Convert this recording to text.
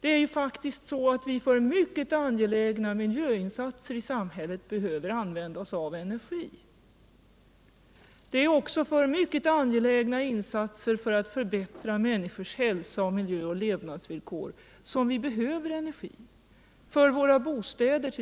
Vi behöver faktiskt använda energi för mycket angelägna miljöinsatser i samhället. Det är tex. för att förbättra människors hälsa, miljö: och levnadsvillkor som vi behöver energi — exempelvis för våra bostäder